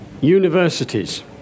universities